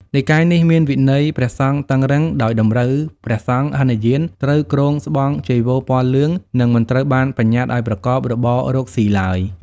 និកាយនេះមានវិន័យព្រះសង្ឃតឹងរ៉ឹង ដោយតម្រូវព្រះសង្ឃហីនយានត្រូវគ្រងស្បង់ចីវរពណ៌លឿង និងមិនត្រូវបានបញ្ញត្តិឱ្យប្រកបរបររកស៊ីឡើយ។